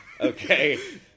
Okay